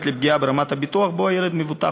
לפגיעה ברמת הביטוח שבה הילד מבוטח.